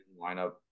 lineup